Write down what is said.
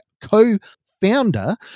co-founder